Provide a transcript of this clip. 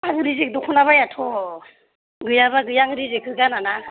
आं रेजेक दख'ना बायाथ' गैयाबा गैया आं रेजेकखो गाना ना